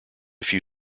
few